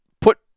put